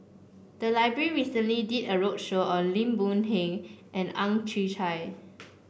the library recently did a roadshow on Lim Boon Heng and Ang Chwee Chai